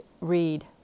read